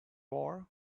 war